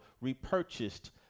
repurchased